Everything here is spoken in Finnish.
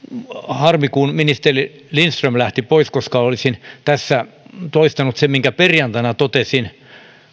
harmi kun ministeri lindström lähti pois koska olisin tässä toistanut sen minkä perjantaina totesin